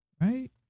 right